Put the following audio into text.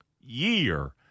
year